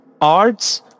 arts